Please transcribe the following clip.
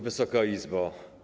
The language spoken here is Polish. Wysoka Izbo!